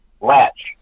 latch